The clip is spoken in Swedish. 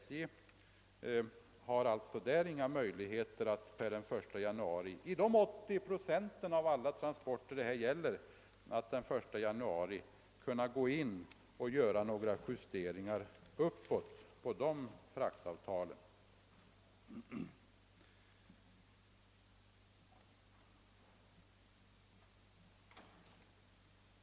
SJ har alltså inga möjligheter att per den 1 januari göra några justeringar uppåt i fråga om dessa fraktavtal.